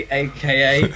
aka